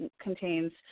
contains